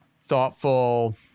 thoughtful